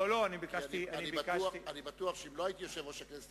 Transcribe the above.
אני בטוח שאם לא הייתי יושב-ראש הכנסת